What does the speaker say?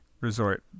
resort